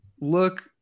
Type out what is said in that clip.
look